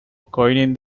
coining